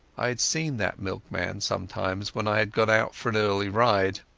i had seen that milkman sometimes when i had gone out for an early ride.